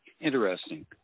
interesting